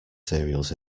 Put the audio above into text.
cereals